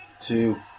two